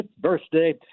birthday